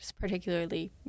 particularly